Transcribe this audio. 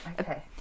Okay